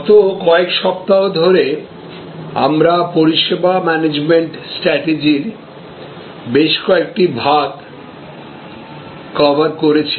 গত কয়েক সপ্তাহ ধরে আমরা পরিষেবা ম্যানেজমেন্ট স্ট্রাটেজির বেশ কয়েকটি ভাগ কভার করেছি